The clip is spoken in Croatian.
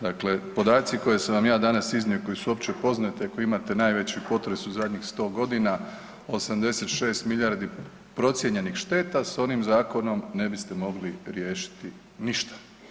Dakle, podaci koje sam vam ja danas iznio koji su opće poznati, ako imate najveći potres u zadnjih 100 godina, 86 milijardi procijenjenih šteta s onim zakonom ne biste mogli riješiti ništa.